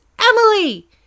Emily